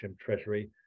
Treasury